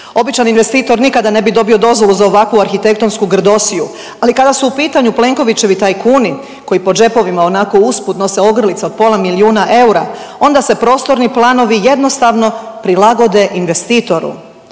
Običan investitor nikada ne bi dozvolu za ovakvu arhitektonsku grdosiju, ali kada su u pitanju Plenkovićevi tajkuni koji po džepovima onako usputno s ogrlicom pola milijuna eura onda se prostorni planovi jednostavno prilagode investitoru.